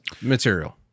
material